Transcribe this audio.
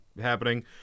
happening